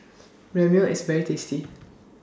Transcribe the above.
Ramyeon IS very tasty